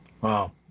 Wow